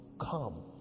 come